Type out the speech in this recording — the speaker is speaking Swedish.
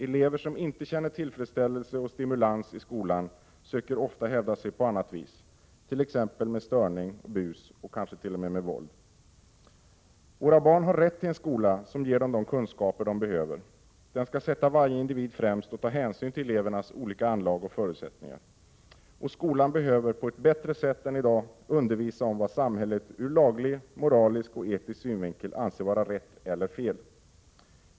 Elever som inte känner tillfredsställelse och stimulans i skolan söker ofta hävda sig på annat vis, t.ex. med störning, bus och kanske t.o.m. våld. Våra barn har rätt till en skola som ger dem de kunskaper de behöver. Den skall sätta varje individ främst och ta hänsyn till elevernas olika anlag och förutsättningar. Skolan behöver på ett bättre sätt än i dag undervisa om vad samhället ur laglig, moralisk och etisk synvinkel anser vara rätt eller fel.